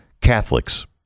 Catholics